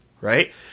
right